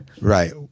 right